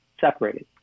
separated